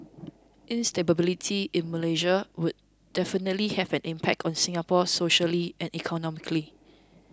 instability in Malaysia would definitely have an impact on Singapore socially and economically